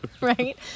right